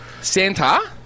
Santa